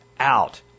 out